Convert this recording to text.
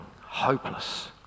hopeless